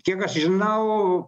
kiek aš žinau